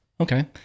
Okay